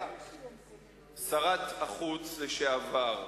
שרת החוץ לשעבר,